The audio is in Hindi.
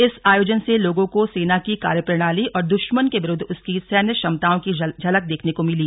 इस आयोजन से लोगों को सेना की कार्यप्रणाली और द्रश्मन के विरुद्ध उसकी सैन्य क्षमताओं की झलक देखने को मिली